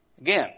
again